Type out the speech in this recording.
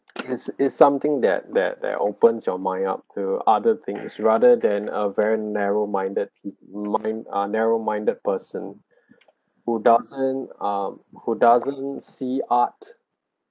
is is something that that that opens your mind up to other things rather than a very narrow minded pe~ mm I mean ah narrow minded person who doesn't ah who doesn't see art